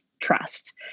trust